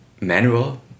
manual